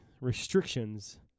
restrictions